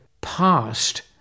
past